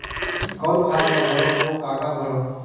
कौन फारम ला भरो और काका भरो?